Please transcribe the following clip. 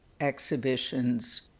exhibitions